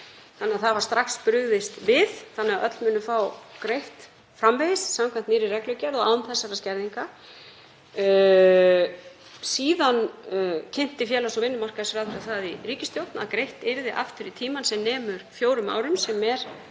þannig að það var strax brugðist við. Öll munu fá greitt framvegis samkvæmt nýrri reglugerð og án þessara skerðinga. Síðan kynnti félags- og vinnumarkaðsráðherra það í ríkisstjórn að greitt yrði aftur í tímann sem nemur fjórum árum sem er